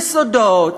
יסודות,